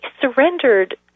surrendered